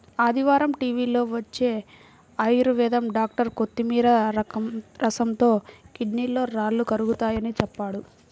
ఆదివారం టీవీలో వచ్చే ఆయుర్వేదం డాక్టర్ కొత్తిమీర రసంతో కిడ్నీలో రాళ్లు కరుగతాయని చెప్పాడు